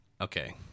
Okay